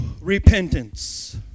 repentance